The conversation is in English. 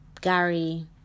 Gary